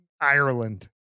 Ireland